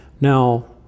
now